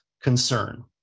concern